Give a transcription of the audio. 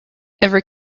every